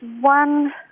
one